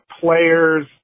players